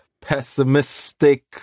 pessimistic